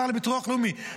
השר לביטוח לאומי,